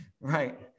Right